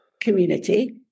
community